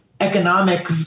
economic